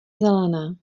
zelené